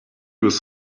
was